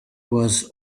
was